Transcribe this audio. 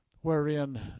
wherein